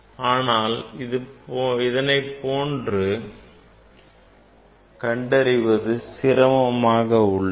ஆனால் இதனை இதுபோன்று கண்டறிவது சிரமமாக உள்ளது